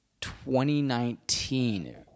2019